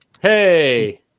Hey